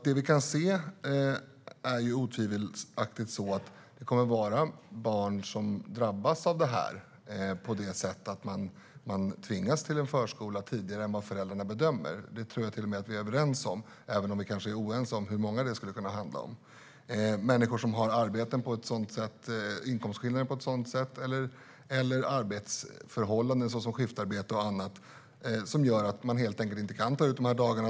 Det vi kan se är att det otvivelaktigt kommer att vara barn som drabbas av det här, eftersom de tvingas till en förskola tidigare än vad föräldrarna själva bedömer är riktigt. Det tror jag till och med att vi är överens om, även om vi kanske är oense om hur många det skulle kunna handla om. Människor kan arbeta på ett sådant sätt, ha sådana inkomstskillnader eller arbetsförhållanden, såsom skiftarbete och annat, som gör att de helt enkelt inte kan ta ut föräldraledighetsdagarna.